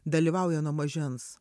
dalyvauja nuo mažens